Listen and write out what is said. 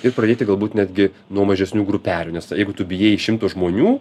ir pradėti galbūt netgi nuo mažesnių grupelių nes jeigu tu bijai šimto žmonių